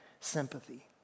sympathy